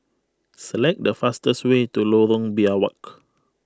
select the fastest way to Lorong Biawak